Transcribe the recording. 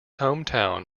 hometown